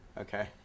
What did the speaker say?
Okay